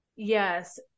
Yes